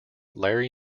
larry